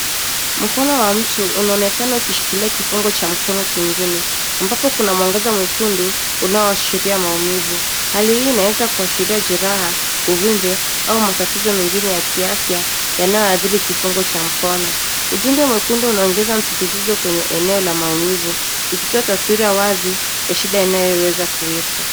Mkono wa mtu unaonekana ukishikilia kifungo cha mkono kingine ambapo kuna mwangaza mwekundu unao ashiria maumivu. Hali hii inaweza kuashiria jeraha, uvimbe au matatizo mengine ya kiafya yanayo adhiri kifungo cha mkono. Ujumbe mwekundu una ongeza msisitizo kwenye eneo la maumivu iki toa taswira wazi ya shida inayo weza kuwekwa.